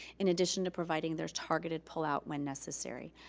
in addition to providing their targeted pull-out when necessary.